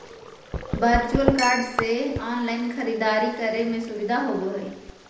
virtual card से online खरीदारी करे में सुबधा होबो हइ